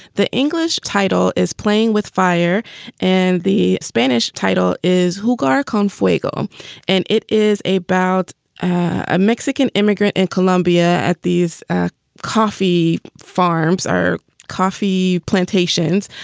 the english title is playing with fire and the spanish title is who garcon faygo and it is a bout a mexican immigrant in colombia. at these ah coffee farms are coffee plantations.